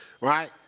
Right